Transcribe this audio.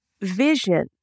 vision